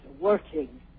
Working